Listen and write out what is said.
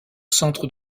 centre